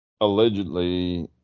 allegedly